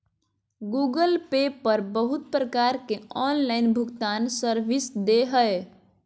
Google Pay पर बहुत प्रकार के ऑनलाइन भुगतान सर्विस दे हय